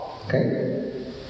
Okay